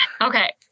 okay